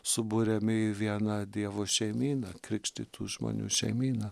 suburiami į vieną dievo šeimyną krikštytų žmonių šeimyną